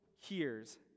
hears